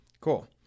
Cool